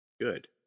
Good